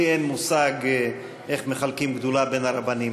לי אין מושג איך מחלקים גדולה בין הרבנים.